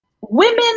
women